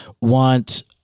want